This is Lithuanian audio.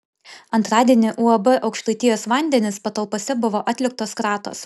antradienį uab aukštaitijos vandenys patalpose buvo atliktos kratos